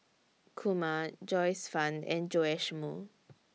Kumar Joyce fan and Joash Moo